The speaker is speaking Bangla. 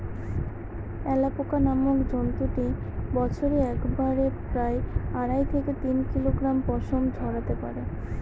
অ্যালাপোকা নামক জন্তুটি বছরে একবারে প্রায় আড়াই থেকে তিন কিলোগ্রাম পশম ঝোরাতে পারে